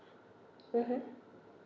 mmhmm